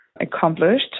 accomplished